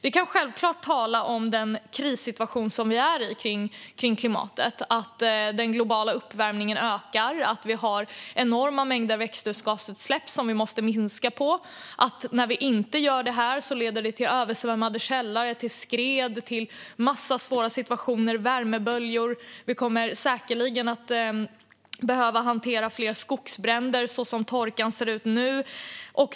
Vi kan självklart tala om den krissituation vi är i kring klimatet: att den globala uppvärmningen ökar och att vi har enorma mängder växthusgasutsläpp som vi måste minska. När vi inte minskar utsläppen leder det till översvämmade källare, skred och en massa svåra situationer som värmeböljor och annat. Som torkan ser ut nu kommer vi säkerligen att behöva hantera fler skogsbränder.